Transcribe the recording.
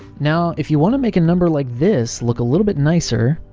now, if you want to make a number like this look a little bit nicer,